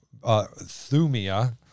thumia